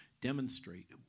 demonstrate